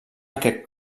aquest